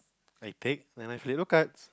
I take then I flip the cards